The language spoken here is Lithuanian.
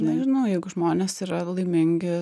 nežinau jeigu žmonės yra laimingi